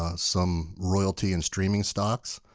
ah some royalty in streaming stocks,